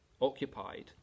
occupied